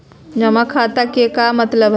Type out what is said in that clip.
जमा खाता के का मतलब हई?